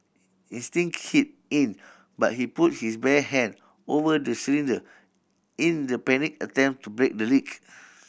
instinct kicked in but he put his bare hand over the cylinder in the panicked attempt to break the leak